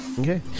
Okay